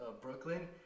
Brooklyn